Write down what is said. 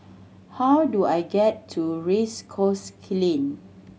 how do I get to Race Course Lane